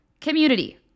community